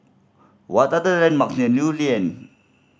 what are the landmark near Lew Lian